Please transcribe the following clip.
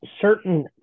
certain